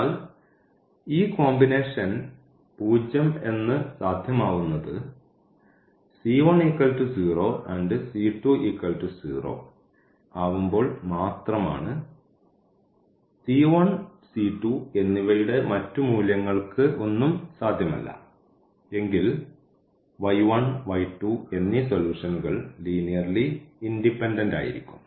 എന്നാൽ ഈ കോമ്പിനേഷൻ 0 എന്ന് സാധ്യമാവുന്നത് ആവുമ്പോൾ മാത്രമാണ് എന്നിവയുടെ മറ്റു മൂല്യങ്ങൾക്ക് ഒന്നും സാധ്യമല്ല എങ്കിൽ എന്നീ സൊലൂഷൻകൾ ലീനിയർലി ഇൻഡിപെൻഡൻറ് ആയിരിക്കും